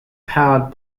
powered